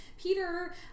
Peter